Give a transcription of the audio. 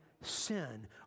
sin